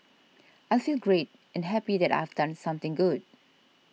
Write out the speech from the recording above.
I feel great and happy that I've done something good